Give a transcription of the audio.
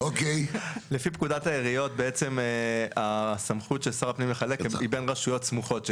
לפי פקודת העיריות הסמכות של שר הפנים לחלק היא בין רשויות סמוכות,